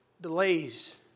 delays